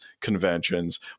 conventions